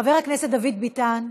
חבר הכנסת דוד ביטן,